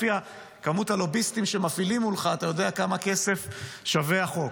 לפי כמות הלוביסטים שמפעילים מולך אתה יודע כמה כסף שווה החוק.